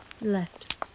Left